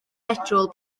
betrol